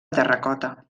terracota